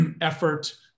effort